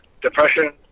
depression